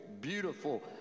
beautiful